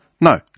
No